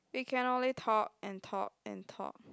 we can only talk and talk and talk